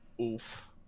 oof